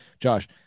josh